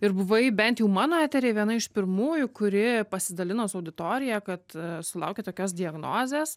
ir buvai bent jau mano eteryje viena iš pirmųjų kuri pasidalino su auditorija kad sulaukė tokios diagnozės